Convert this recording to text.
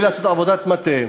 בלי לעשות עבודת מטה.